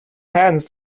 hands